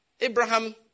Abraham